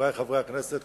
חברי חברי הכנסת,